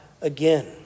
again